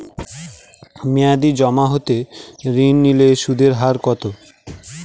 মেয়াদী জমা হতে ঋণ নিলে সুদের হার কত?